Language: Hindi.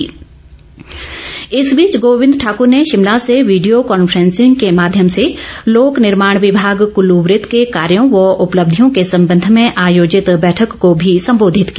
गोविंद इस बीच गोविंद ठाकर ने शिमला से वीडियो कॉनफ्रेंसिंग के माध्यम से लोक निर्माण विभाग कल्लू वृत के कार्यों व उपलब्धियों के संबंध में आयोजित बैठक को भी संबोधित किया